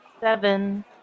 Seven